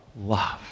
love